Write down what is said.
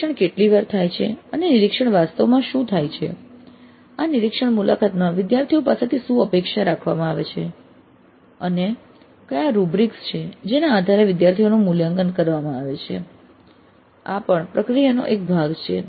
નિરીક્ષણ કેટલી વાર થાય છે અને નિરીક્ષણમાં વાસ્તવમાં શું થાય છે આ નિરીક્ષણ મુલાકાત માં વિદ્યાર્થીઓ પાસેથી શું અપેક્ષા રાખવામાં આવે છે અને કયા રૂબ્રિક્સ છે જેના આધારે વિદ્યાર્થીઓનું મૂલ્યાંકન કરવામાં આવે છે આ પણ પ્રક્રિયાનો એક ભાગ છે